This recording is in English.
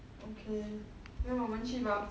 okay then 我们去吧